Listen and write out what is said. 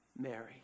Mary